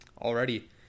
Already